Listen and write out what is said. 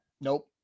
Nope